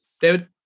David